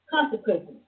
consequences